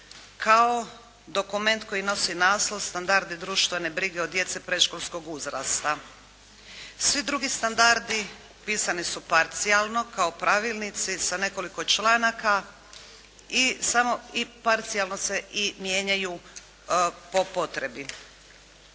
kao dokument koji nosi naslov "Standardi društvene brige o djeci predškolskog uzrasta." Svi drugi standardi pisani su parcijalno kao pravilnici sa nekoliko članak i samo i parcijalno se mijenjaju po potrebi.